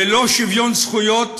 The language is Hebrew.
ללא שוויון זכויות,